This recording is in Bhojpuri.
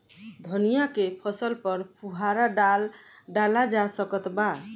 धनिया के फसल पर फुहारा डाला जा सकत बा?